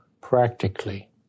practically